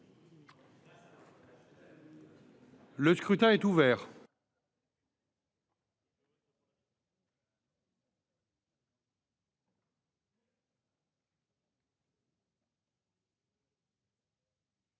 Le scrutin est ouvert.